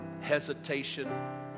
hesitation